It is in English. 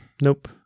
Nope